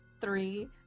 three